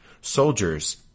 Soldiers